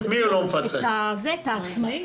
את העצמאים.